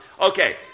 Okay